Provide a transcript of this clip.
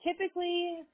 typically